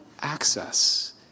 access